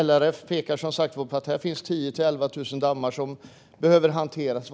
LRF pekar på att det finns 10 000-11 000 dammar som behöver hanteras.